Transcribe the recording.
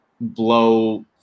blow –